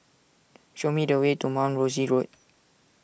show me the way to Mount Rosie Road